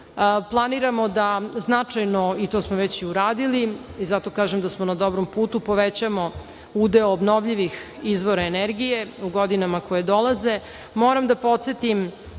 planiramo da značajno, i to smo već uradili, zato kažem da smo na dobrom putu, povećamo udeo obnovljivih izvora energije u godinama koje dolaze. Moram da podsetim